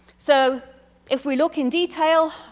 so if we look in detail,